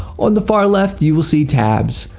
on the far left, you will see tabs.